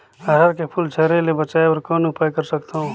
अरहर के फूल झरे ले बचाय बर कौन उपाय कर सकथव?